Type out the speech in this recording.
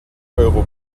euro